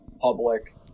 public